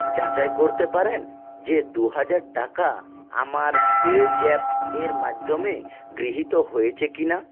যাচাই করতে পারেন যে দু হাজার টাকা আমার পেজ্যাপ এর মাধ্যমে গৃহীত হয়েছে কি না